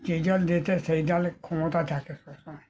যে দল জেতে সেই দলের ক্ষমতা থাকে সবসময়